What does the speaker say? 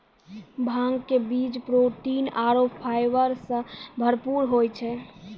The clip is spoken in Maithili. भांग के बीज प्रोटीन आरो फाइबर सॅ भरपूर होय छै